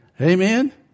Amen